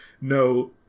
No